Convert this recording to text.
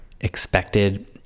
expected